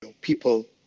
people